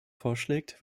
vorschlägt